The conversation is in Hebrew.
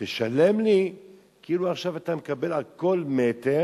תשלם לי כאילו עכשיו אתה מקבל על כל מטר,